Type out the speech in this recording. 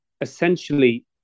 essentially